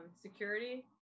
security